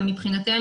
אבל מבחינתנו,